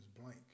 blank